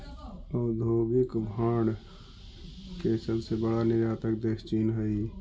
औद्योगिक भांड के सबसे बड़ा निर्यातक देश चीन हई